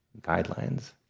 guidelines